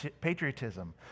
patriotism